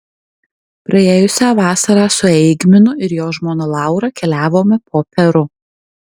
praėjusią vasarą su eigminu ir jo žmona laura keliavome po peru